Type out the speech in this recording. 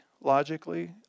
logically